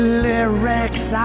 lyrics